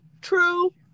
true